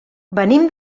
venim